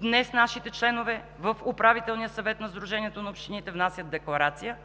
на общините внасят декларация: